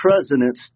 presidents